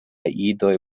idoj